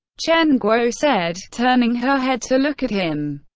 chen guo said, turning her head to look at him.